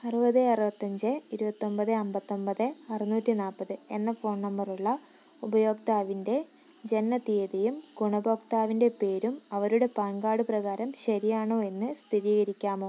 അറുപത് അറുപത്തഞ്ച് ഇരുപത്തൊൻപത് അൻപത്തൊൻപത് അറുനൂറ്റി നാൽപ്പത് എന്ന ഫോൺ നമ്പറുള്ള ഉപയോക്താവിൻ്റെ ജനനത്തീയതിയും ഗുണഭോക്താവിൻ്റെ പേരും അവരുടെ പാൻ കാർഡ് പ്രകാരം ശരിയാണോ എന്ന് സ്ഥിരീകരിക്കാമോ